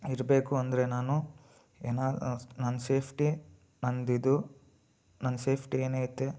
ಇರಬೇಕು ಅಂದರೆ ನಾನು ಏನಾ ನನ್ನ ಸೇಫ್ಟಿ ನಂದಿದು ನನ್ನ ಸೇಫ್ಟಿ ಏನೈತೆ